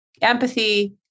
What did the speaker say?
empathy